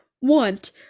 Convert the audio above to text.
want